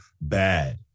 bad